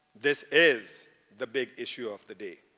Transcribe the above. this is the big issue of the day.